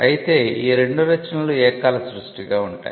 అయితే ఈ రెండు రచనలు ఏకకాల సృష్టిగా ఉంటాయి